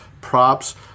props